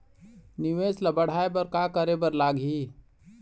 निवेश ला बढ़ाय बर का करे बर लगही?